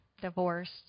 divorced